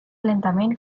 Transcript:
lentament